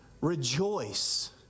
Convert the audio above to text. rejoice